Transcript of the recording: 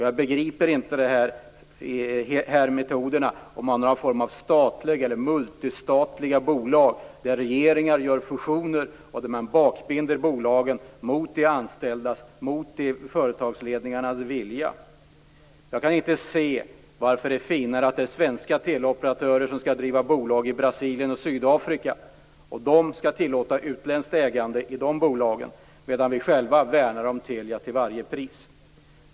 Jag begriper inte metoden med någon form av statliga eller multistatliga bolag, där regeringar gör fusioner och bakbinder bolagen mot de anställdas och företagsledningarnas vilja. Jag kan inte se varför det är finare att de svenska teleoperatörerna skall driva bolag i Brasilien och Sydafrika, som då skall tillåta utländskt ägande i sina bolag, medan vi själva värnar om Telia till varje pris.